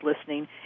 listening